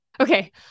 Okay